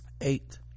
Eight